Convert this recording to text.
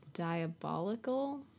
diabolical